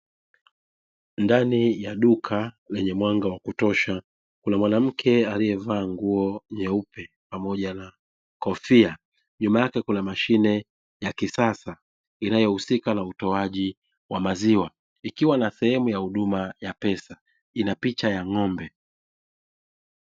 Ndani ya uka lenye mwanga wa kutosha kuna mwanamke aliyevaa nguo nyeupe pamoja na kofia, nyuma yake kuna mashine ya kisasa inayohusika na utoaji wa maziwa, ikiwa na sehemu ya huduma ya pesa. Ina picha ya ng'ombe.